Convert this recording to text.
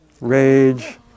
Rage